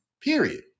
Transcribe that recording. period